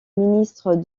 ministre